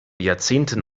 jahrzehnten